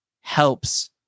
helps